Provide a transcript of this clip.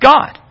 God